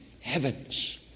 heavens